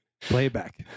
Playback